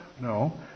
No